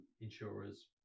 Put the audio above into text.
insurers